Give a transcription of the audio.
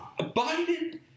Biden